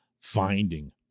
finding